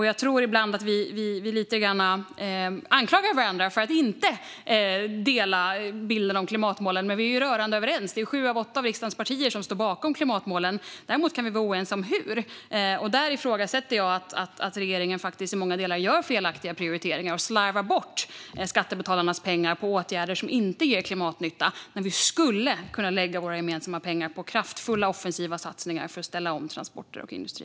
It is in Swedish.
Jag tror att vi ibland anklagar varandra för att inte dela bilden av klimatmålen, men vi är ju rörande överens. Sju av åtta av riksdagens partier står bakom klimatmålen. Däremot kan vi vara oense om hur. Där ifrågasätter jag att regeringen i många delar gör felaktiga prioriteringar och slarvar bort skattebetalarnas pengar på åtgärder som inte ger klimatnytta. Vi skulle kunna lägga våra gemensamma pengar på kraftfulla, offensiva satsningar för att ställa om transporter och industri.